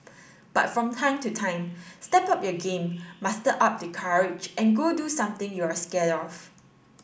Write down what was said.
but from time to time step up your game muster up the courage and go do something you're scared of